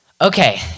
Okay